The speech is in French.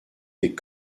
des